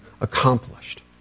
accomplished